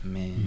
Man